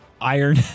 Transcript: Iron